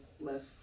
left